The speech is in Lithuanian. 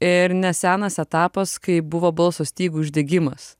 ir nesenas etapas kai buvo balso stygų uždegimas